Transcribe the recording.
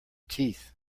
teeth